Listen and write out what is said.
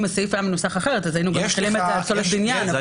אם הסעיף היה מנוסח אחרת אפשר היה להחיל את זה גם על פסולת בניין.